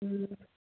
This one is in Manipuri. ꯎꯝ